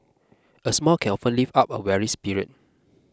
a smile can often lift up a weary spirit